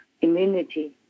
immunity